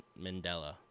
mandela